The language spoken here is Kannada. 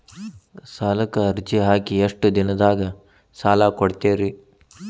ಸಾಲಕ ಅರ್ಜಿ ಹಾಕಿ ಎಷ್ಟು ದಿನದಾಗ ಸಾಲ ಕೊಡ್ತೇರಿ?